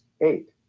eight